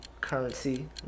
Currency